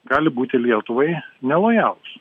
gali būti lietuvai nelojalūs